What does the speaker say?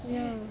ya